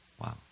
Wow